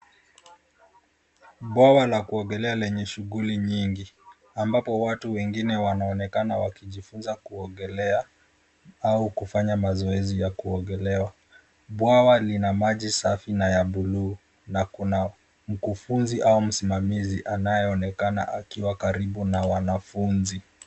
Bwawa la kuogelea lenye shughuli nyingi ambapo watu wengine wanaonekana wakijifunza kuogelea au kufanya mazoezi ya kuogelea. Bwawa lina maji safi na ya bluu na kuna mkufunzi au msimamizi anayeonekana akiwa karibu na wanafunzi.